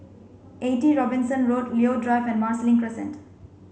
Eighty Robinson Road Leo Drive and Marsiling Crescent